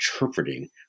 interpreting